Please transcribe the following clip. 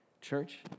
church